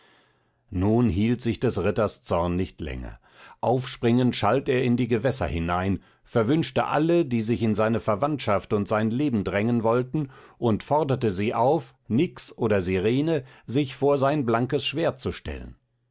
nun hielt sich des ritters zorn nicht länger aufspringend schalt er in die gewässer hinein verwünschte alle die sich in seine verwandtschaft und sein leben drängen wollten und forderte sie auf nix oder sirene sich vor sein blankes schwert zu stellen